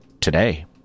Today